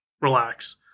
relax